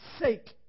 sake